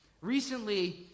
Recently